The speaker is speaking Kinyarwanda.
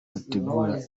bategura